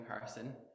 person